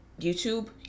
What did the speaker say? YouTube